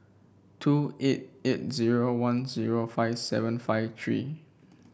two eight eight zero one zero five seven five three